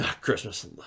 Christmas